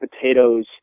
potatoes